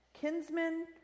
kinsmen